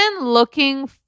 looking